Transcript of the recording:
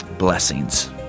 blessings